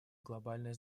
глобальное